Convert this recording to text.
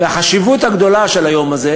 והחשיבות הגדולה של היום הזה